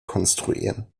konstruieren